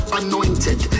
anointed